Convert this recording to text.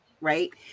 right